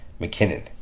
McKinnon